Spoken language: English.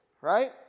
right